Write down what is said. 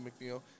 McNeil